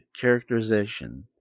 characterization